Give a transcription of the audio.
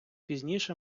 пізніше